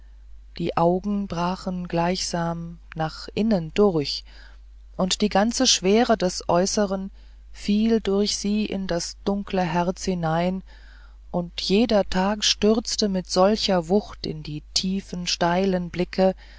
die augen brachen gleichsam nach innen durch und die ganze schwere des äußeren fiel durch sie in das dunkle herz hinein und jeder tag stürzte mit solcher wucht in die tiefen steilen blicke